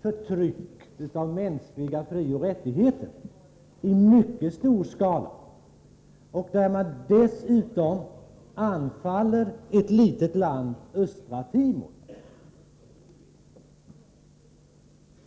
förtryck av mänskliga frioch rättigheter i mycket stor skala och som dessutom har anfallit ett litet land, nämligen Östra Timor?